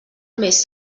més